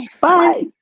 Bye